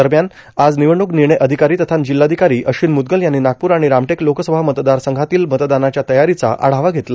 दरम्यान आज निवडणूक निर्णय अधिकारी तथा जिल्हाधिकारी अश्विन मुद्गल यांनी नागपूर आणि रामटेक लोकसभा मतदारसंघातील मतदानाच्या तयारीचा आढावा घेतला